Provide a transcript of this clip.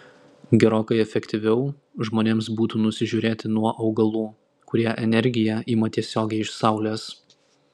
gerokai efektyviau žmonėms būtų nusižiūrėti nuo augalų kurie energiją ima tiesiogiai iš saulės